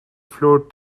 flow